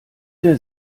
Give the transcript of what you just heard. der